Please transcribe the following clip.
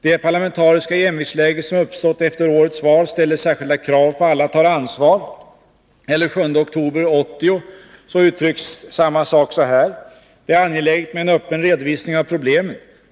Det parlamentariska jämviktsläge som uppstått efter årets val ställer särskilda krav på att alla tar ansvar.” Den 7 oktober 1980 uttrycktes samma sak så här: ”Det är angeläget med en öppen redovisning av problemen.